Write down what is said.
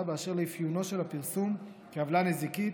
באשר לאפיונו של הפרסום כעוולה נזיקית,